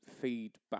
feedback